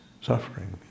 suffering